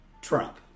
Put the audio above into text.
Trump